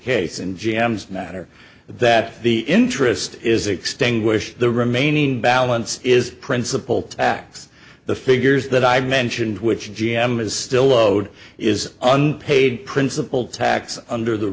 case in g m's matter that the interest is extinguished the remaining balance is principal tax the figures that i've mentioned which g m is still owed is unpaid principle tax under the